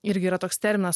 irgi yra toks terminas